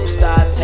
stop